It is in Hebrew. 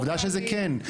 עובדה שזה כן,